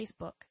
Facebook